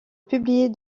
publier